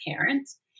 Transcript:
parents